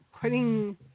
putting